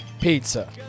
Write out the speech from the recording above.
pizza